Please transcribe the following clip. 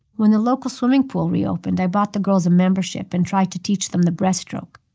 when the local swimming pool reopened, i bought the girls a membership and tried to teach them the breaststroke.